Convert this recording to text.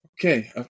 Okay